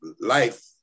life